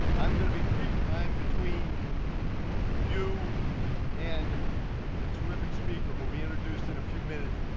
i'm going to be brief. i'm between you and a terrific speaker who'll be introduced in a few minutes,